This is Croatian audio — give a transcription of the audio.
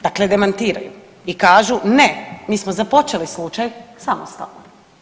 Dakle, demantiraju i kažu ne, mi smo započeli slučaj samostalno.